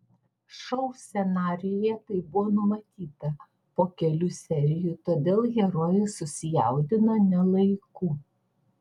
šou scenarijuje tai buvo numatyta po kelių serijų todėl herojus susijaudino ne laiku